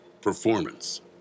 performance